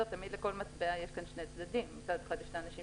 תמיד לכל מטבע יש שני צדדים, מצד אחד יש אנשים